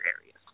areas